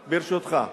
ברשותך.